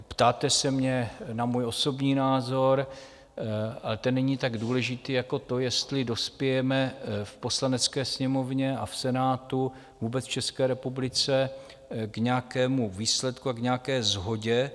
Ptáte se mě na můj osobní názor, ale ten není tak důležitý jako to, jestli dospějeme v Poslanecké sněmovně a v Senátu, vůbec v České republice k nějakému výsledku a k nějaké shodě.